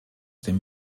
dem